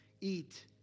eat